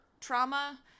trauma